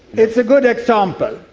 it's a good example.